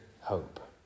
hope